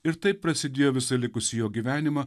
ir taip prasidėjo visą likusį jo gyvenimą